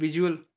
visual